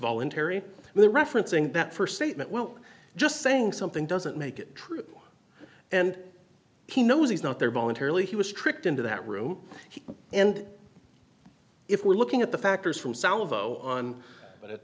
voluntary the referencing that st statement well just saying something doesn't make it true and he knows he's not there voluntarily he was tricked into that room and if we're looking at the factors from salvo on but it